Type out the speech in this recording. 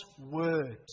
word